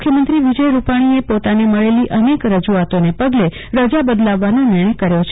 મુખ્યમંત્રી વિજય રૂપાજીએ પોતાને મળેલી અનેક રજૂઆતોને પગલે બદલવાનો નિર્ણય કર્યો છે